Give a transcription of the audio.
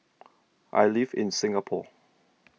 I live in Singapore